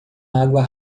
água